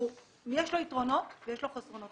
יש לו יתרונות ויש לו חסרונות.